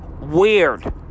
weird